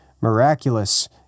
miraculous